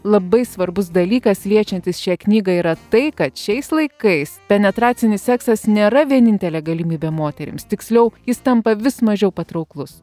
labai svarbus dalykas liečiantis šią knygą yra tai kad šiais laikais penetracinis seksas nėra vienintelė galimybė moterims tiksliau jis tampa vis mažiau patrauklus